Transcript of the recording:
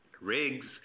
rigs